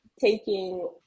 taking